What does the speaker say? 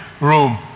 room